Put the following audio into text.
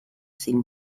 zein